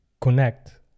Connect